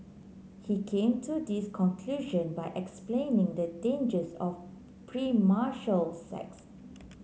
he came to this conclusion by explaining the dangers of premarital sex